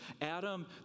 Adam